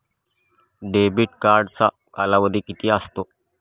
Debit कार्डचा कालावधी किती असतो?